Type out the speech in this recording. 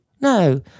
no